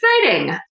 exciting